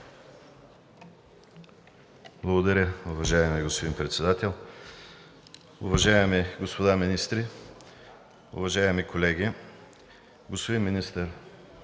Благодаря, уважаеми господин Председател. Уважаеми господа министри, уважаеми колеги! Господин министър